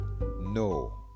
no